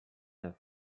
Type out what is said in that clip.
neuf